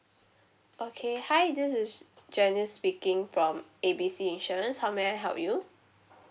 okay hi this is janice speaking from A B C insurance how may I help you